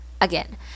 Again